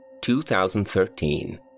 2013